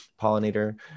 pollinator